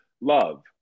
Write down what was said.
love